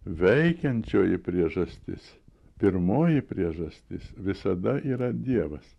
veikiančioji priežastis pirmoji priežastis visada yra dievas